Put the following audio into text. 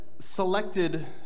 selected